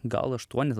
gal aštuoni